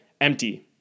empty